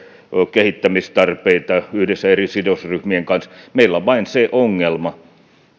kehittämistarpeita yhdessä eri sidosryhmien kanssa meillä on vain se ongelma